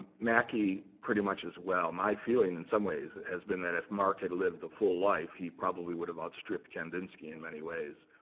macke, pretty much as well. my feeling, in some ways, has been that if marc had lived the full life, he probably would have outstripped kandinsky in many ways,